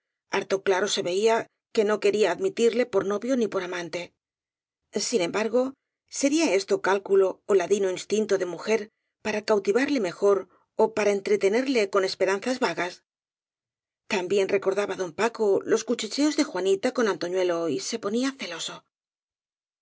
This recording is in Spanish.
harto claro se veía que no quería admitirle por novio ni por amante sin em bargo sería esto cálculo ó ladino instinto de mu jer para cautivarle mejor ó para entretenerle con esperanzas vagas también recordaba don paco los cuchicheos de juanita con antoñuelo y se poma celoso